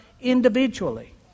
individually